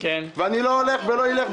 ואני לא הולך ולא אלך,